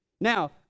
Now